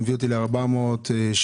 זה מביא אותי ל-470 בערך.